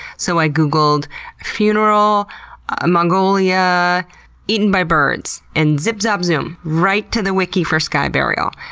so i googled funeral ah mongolia eaten by birds, and zip zop zoom, right to the wiki for sky burial.